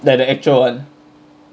like the actual one